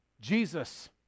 Jesus